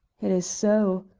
it is so.